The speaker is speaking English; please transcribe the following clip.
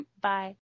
Bye